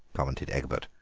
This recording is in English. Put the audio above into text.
commented egbert,